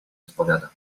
odpowiada